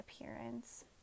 appearance